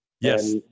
Yes